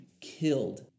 killed